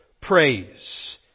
praise